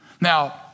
Now